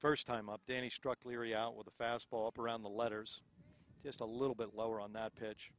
first time up danny struck leary out with a fastball up around the letters just a little bit lower on that pitch